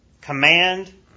command